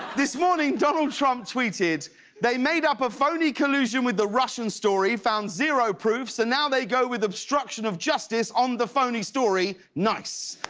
this morning, donald trump tweeted they made up a phony collusion with the russian story, found zero proof, so and now they go with obstruction of justice on the phony story. nice!